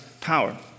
power